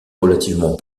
relativement